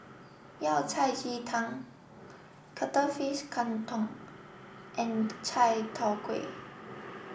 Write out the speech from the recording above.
Yao Cai Ji Tang Cuttlefish Kang Kong and Chai Tow Kuay